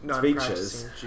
features